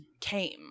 came